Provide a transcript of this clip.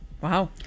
Wow